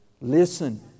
Listen